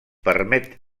permet